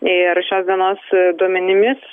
ir šios dienos duomenimis